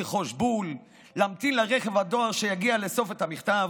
לרכוש בול ולהמתין לרכב הדואר שיגיע לאסוף את המכתב.